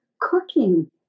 cooking